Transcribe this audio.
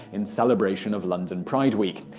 in celebration of london pride week.